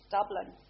Dublin